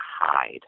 hide